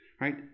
right